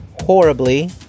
horribly